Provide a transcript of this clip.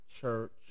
church